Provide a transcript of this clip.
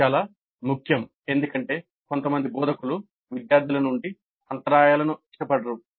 ఇది చాలా ముఖ్యం ఎందుకంటే కొంతమంది బోధకులు విద్యార్థుల నుండి అంతరాయాలను ఇష్టపడరు